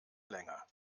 länger